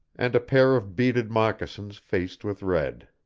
and a pair of beaded moccasins faced with red.